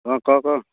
অ' ক ক